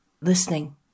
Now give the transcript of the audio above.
listening